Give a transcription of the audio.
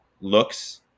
looks